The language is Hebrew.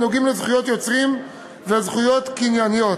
הנוגעים לזכויות יוצרים וזכויות קנייניות.